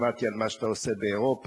שמעתי על מה שאתה עושה באירופה,